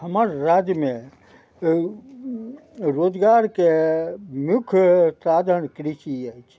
हमर राज्यमे रोजगारके मुख्य साधन कृषि अछि